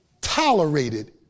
tolerated